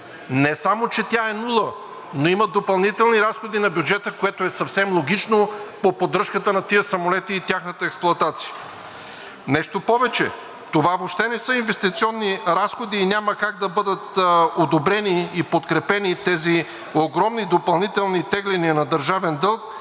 Не само че тя е нула, но има допълнителни разходи на бюджета, което е съвсем логично, по поддръжката на тези самолети и тяхната експлоатация. Нещо повече, това въобще не са инвестиционни разходи и няма как да бъдат одобрени и подкрепени тези огромни допълнителни тегления на държавен дълг,